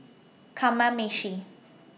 Kamameshi